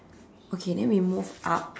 okay then we move up